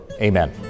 amen